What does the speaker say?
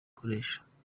ikoresha